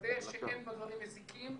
שנוודא שאין בה דברים מזיקים.